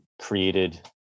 created